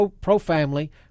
Pro-family